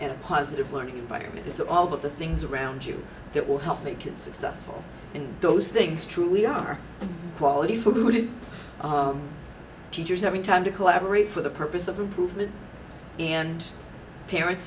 and a positive learning environment it's all of the things around you that will help make it successful and those things true we are quality food teachers having time to collaborate for the purpose of improvement and parents